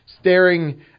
staring